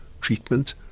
treatment